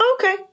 Okay